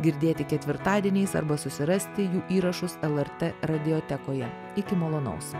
girdėti ketvirtadieniais arba susirasti jų įrašus lrt radiotekoje iki malonaus